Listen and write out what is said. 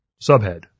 Subhead